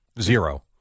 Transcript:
zero